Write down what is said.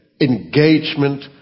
engagement